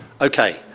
Okay